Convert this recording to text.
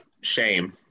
Shame